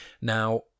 Now